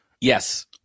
Yes